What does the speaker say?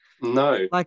No